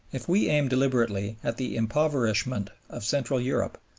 if we aim deliberately at the impoverishment of central europe,